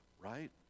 right